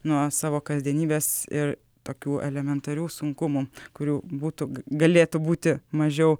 nuo savo kasdienybės ir tokių elementarių sunkumų kurių būtų galėtų būti mažiau